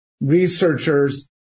researchers